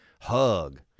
hug